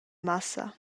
massa